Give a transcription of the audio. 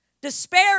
Despair